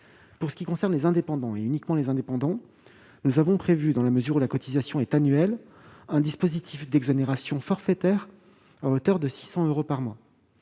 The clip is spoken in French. Pour ce qui concerne les indépendants et uniquement eux, nous avons prévu, dans la mesure où la cotisation est annuelle, un dispositif d'exonération forfaitaire à hauteur de 600 euros par mois.